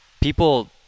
people